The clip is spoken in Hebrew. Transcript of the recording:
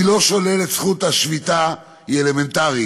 אני לא שולל את זכות השביתה, היא אלמנטרית.